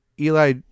Eli